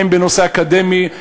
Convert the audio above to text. הן בנושא האקדמיה,